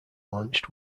launched